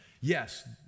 Yes